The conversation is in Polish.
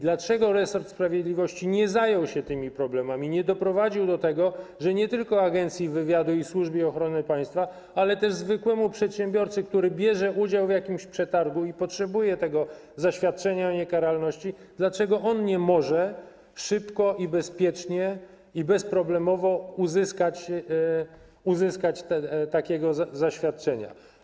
Dlaczego resort sprawiedliwości nie zajął się tymi problemami, nie doprowadził do tego, że nie tylko Agencja Wywiadu i Służba Ochrony Państwa, ale też zwykły przedsiębiorca, który bierze udział w jakimś przetargu i potrzebuje zaświadczenia o niekaralności, nie może szybko, bezpiecznie i bezproblemowo uzyskać takiego zaświadczenia?